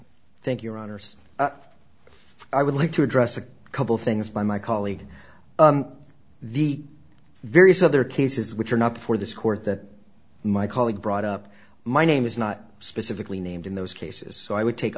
you thank your honour's i would like to address a couple things by my colleague the various other cases which are not before this court that my colleague brought up my name is not specifically named in those cases so i would take